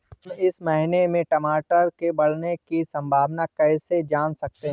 हम इस महीने में टमाटर के बढ़ने की संभावना को कैसे जान सकते हैं?